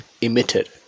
emitted